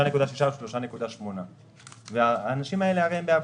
3.6% או 3.8%. האנשים האלה הם באבטלה.